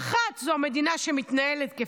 ראדה, המזגן אצלך בסדר?